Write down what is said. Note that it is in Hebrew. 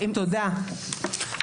תודה תודה.